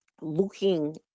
looking